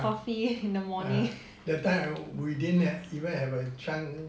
yeah that time we didn't even have a chance